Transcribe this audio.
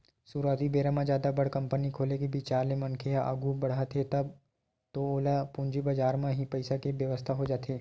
सुरुवाती बेरा जादा बड़ कंपनी खोले के बिचार ले मनखे ह आघू बड़हत हे तब तो ओला पूंजी बजार म ही पइसा के बेवस्था हो जाथे